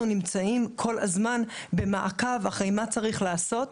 נמצאים כל הזמן במעקב אחרי מה צריך לעשות,